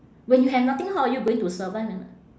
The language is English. when you have nothing how are you going to survive and n~